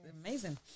amazing